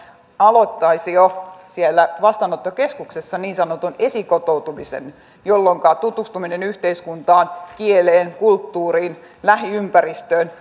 aloittaisivat jo siellä vastaanottokeskuksessa niin sanotun esikotoutumisen jolloin tutustuminen yhteiskuntaan kieleen kulttuuriin lähiympäristöön